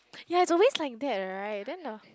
ya it's always like that right then the